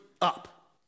up